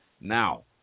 Now